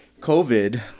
COVID